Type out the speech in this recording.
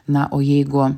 na o jeigu